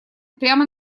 прямо